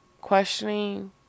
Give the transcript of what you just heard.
questioning